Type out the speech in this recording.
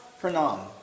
Pranam